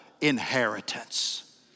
inheritance